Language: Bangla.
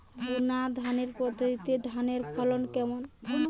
বুনাধানের পদ্ধতিতে ধানের ফলন কেমন?